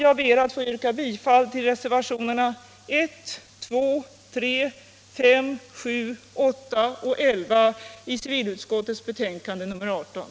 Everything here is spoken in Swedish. Jag ber att få yrka bifall till reservationerna 1, 2, 3, 5, 7, 8 och 11 i civilutskottets betänkande nr 18.